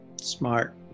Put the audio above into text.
Smart